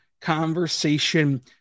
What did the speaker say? conversation